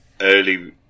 early